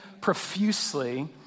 profusely